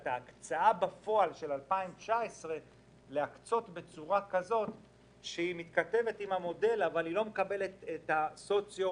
את ההקצאה בפועל של 2019 נקצה בלי לקבל את הסוציו